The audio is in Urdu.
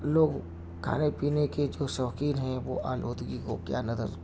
لوگ کھانے پینے کے جو شوقین ہیں وہ آلودگی کو کیا نظر